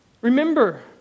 Remember